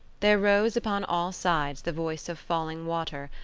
there rose upon all sides the voice of falling water,